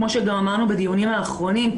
כמו שגם אמרנו בדיונים האחרונים,